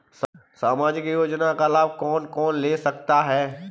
सामाजिक योजना का लाभ कौन कौन ले सकता है?